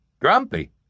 Grumpy